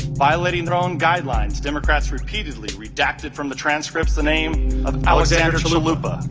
violating their own guidelines, democrats repeatedly redacted from the transcripts the name of alexandra chalupa,